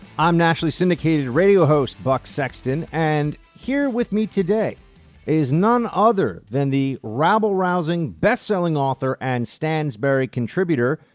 i'm nationally syndicated radio host buck sexton and here with me today is none other than the rabble-rousing bestselling author and stansberry contributor,